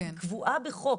היא קבועה בחוק.